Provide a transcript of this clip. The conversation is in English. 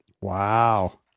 Wow